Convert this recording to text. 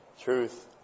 truth